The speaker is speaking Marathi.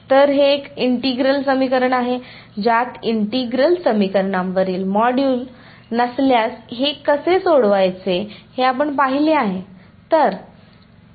तर हे एक इंटिग्रल समीकरण आहे ज्यात इंटिग्रल समीकरणांवरील मॉड्यूल नसल्यास हे कसे सोडवायचे हे आपण पाहिले आहे